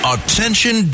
Attention